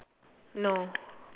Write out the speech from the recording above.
no